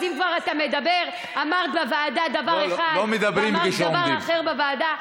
אז אם כבר אתה אומר: אמרת בוועדה דבר אחד ואמרת דבר אחר בוועדה,